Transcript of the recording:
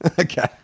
Okay